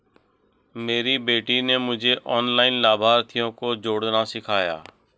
मेरी बेटी ने मुझे ऑनलाइन लाभार्थियों को जोड़ना सिखाया